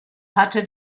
hatte